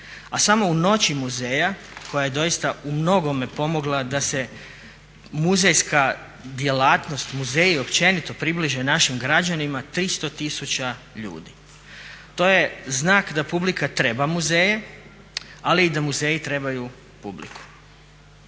A samo u noći muzeja koja je doista u mnogome pomogla da se muzejska djelatnost, muzeji općenito približe našim građanima 300 tisuća ljudi. To je znak da publika treba muzeje ali i da muzeji trebaju publiku.